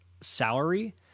salary